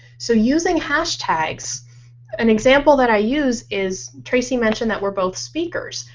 so using hashtags an example that i use is. tracey mentioned that we're both speakers.